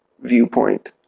viewpoint